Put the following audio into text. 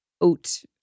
oat